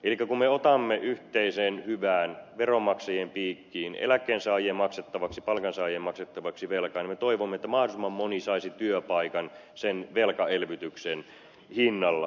kun me otamme yhteiseen hyvään veronmaksajien piikkiin eläkkeensaajien ja palkansaajien maksettavaksi velkaa niin me toivomme että mahdollisimman moni saisi työpaikan sen velkaelvytyksen hinnalla